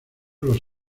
los